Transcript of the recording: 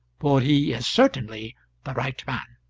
for he is certainly the right man.